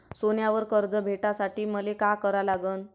सोन्यावर कर्ज भेटासाठी मले का करा लागन?